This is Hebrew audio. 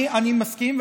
אני מסכים.